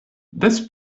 des